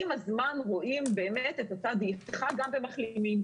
עם הזמן רואים באמת את אותה דעיכה גם במחלימים.